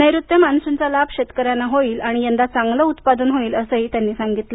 नैऋत्य मान्सूनचा लाभ शेतकऱ्यांना होईल आणि यंदा चांगले उत्पादन होईल असं ही त्यांनी सांगितलं